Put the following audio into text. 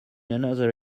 another